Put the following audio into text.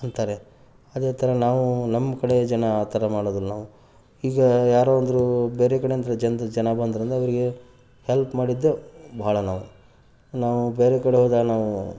ಅಂತಾರೆ ಅದೇ ಥರ ನಾವು ನಮ್ಮ ಕಡೆ ಜನ ಆ ಥರ ಮಾಡೋದಿಲ್ಲ ನಾವು ಈಗ ಯಾರಾದರೂ ಬೇರೆ ಕಡೆಯಿಂದ ಜನ್ರು ಜನ ಬಂದರಂದ್ರೆ ಅವರಿಗೆ ಹೆಲ್ಪ್ ಮಾಡಿದ್ದು ಭಾಳ ನಾವು ನಾವು ಬೇರೆ ಕಡೆ ಹೋದಾಗ ನಾವು